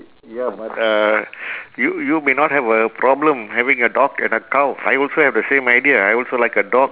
ya but uh you you may not have a problem having a dog and a cow I also have the same idea I also like a dog